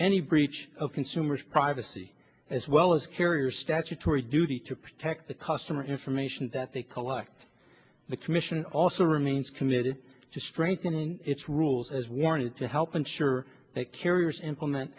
any breach of consumers privacy as well as carrier statutory duty to protect the customer information that they collect the commission also remains committed to strengthen its rules as warning to help ensure that carriers implement